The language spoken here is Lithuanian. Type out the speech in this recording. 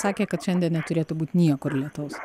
sakė kad šiandien neturėtų būt niekur lietaus